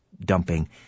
dumping